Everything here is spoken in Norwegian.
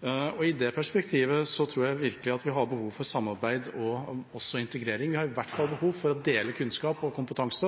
befolkning. I det perspektivet tror jeg virkelig at vi har behov for samarbeid og integrering. Vi har i hvert fall behov for å dele kunnskap og kompetanse,